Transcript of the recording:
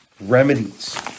remedies